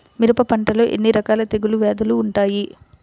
మిరప పంటలో ఎన్ని రకాల తెగులు వ్యాధులు వుంటాయి?